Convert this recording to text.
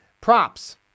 props